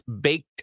baked